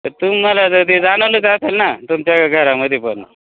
तर तुम्हाला जर ते जाणवलंच असंल ना तुमच्या घरामध्ये पण